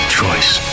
choice